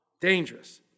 Dangerous